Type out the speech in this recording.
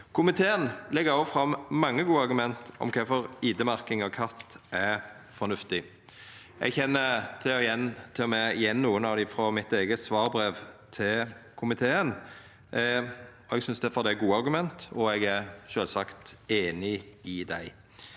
Komiteen legg fram mange gode argument for kvifor ID-merking av katt er fornuftig. Eg kjenner til og med igjen nokre av dei frå mitt eige svarbrev til komiteen. Eg synest det er gode argument, og eg er sjølvsagt einig i dei.